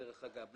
דרך אגב.